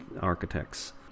architects